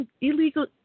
illegal